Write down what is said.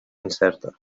incerta